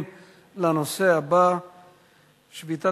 הרווחה והבריאות לנושא בריאות וסביבה נתקבלה.